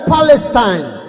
Palestine